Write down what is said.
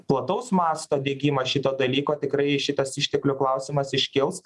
plataus masto diegimą šito dalyko tikrai šitas išteklių klausimas iškils